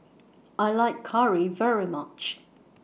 I like Curry very much